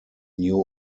new